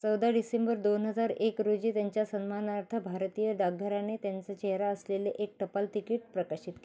चौदा डिसेंबर दोन हजार एक रोजी त्यांच्या सन्मानार्थ भारतीय डाकघराने त्यांचा चेहरा असलेले एक टपाल तिकीट प्रकाशित